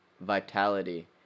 vitality